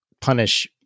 punish